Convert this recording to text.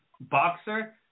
boxer